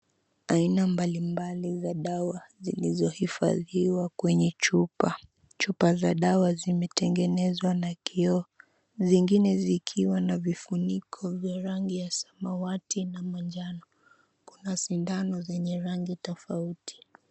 Aina mbalimbali za dawa zilizohifadhiwa kwenye chupa. Chupa za dawa zimetengenezwa na kioo, zingine zikiwa na vifuniko vya rangi ya samawati na manjano. Kuna sindano zenye rangi tofauti.